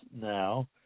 now